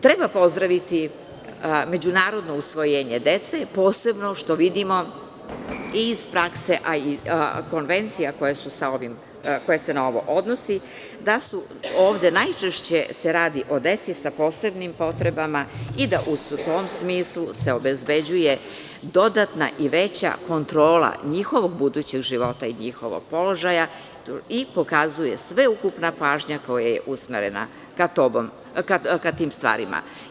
Treba pozdraviti međunarodno usvojenje dece, posebno što vidimo i iz prakse, a i iz konvencija koja se na ovo odnosi, da se ovde najčešće radi o deci sa posebnim potrebama i da se u tom smislu obezbeđuje dodatna i veća kontrola njihovog budućeg života i njihovog položaja i pokazuje sveukupna pažnja koja je usmerena ka tim stvarima.